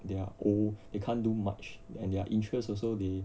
they are old they can't do much and their interests also they